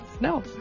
No